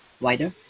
wider